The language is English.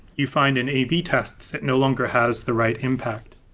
you find an a b test no longer has the right impact.